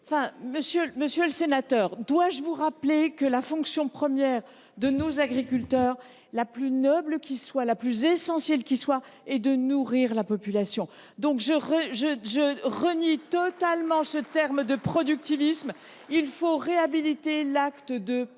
une caricature. Dois je vous rappeler que la fonction première de nos agriculteurs, la plus noble et la plus essentielle qui soit, est de nourrir la population ? Je renie totalement ce terme de productivisme ! Il faut réhabiliter l’acte de produire,